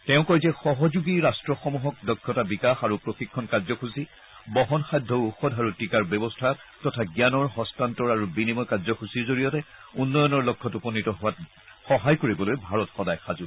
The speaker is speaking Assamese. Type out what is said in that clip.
তেওঁ কয় যে সহযোগী ৰাট্টসমূহক দক্ষতা বিকাশ আৰু প্ৰশিক্ষণ কাৰ্যসূচী বহনসাধ্য ঔষধ আৰু টীকাৰ ব্যৱস্থা তথা জ্ঞানৰ হস্তান্তৰ আৰু বিনিময় কাৰ্যসূচীৰ জৰিয়তে উন্নয়ণৰ লক্ষ্যত উপনীত হোৱাত সহায় কৰিবলৈ ভাৰত সদায় সাজু